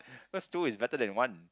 cause two is better than one